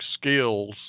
skills